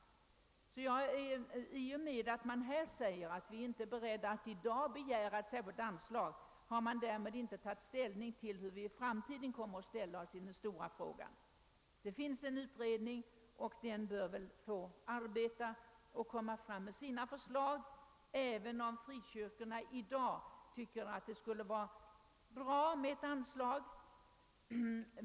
I och med att vi nu säger att vi i dag inte är beredda att begära ett särskilt anslag har vi inte tagit ställning till hur vi i framtiden skall ställa oss till den stora frågan. Det finns en utredning, och den bör få arbeta och framlägga sina förslag, även om frikyrkorna i dag tycker att det skulle vara bra med ett anslag.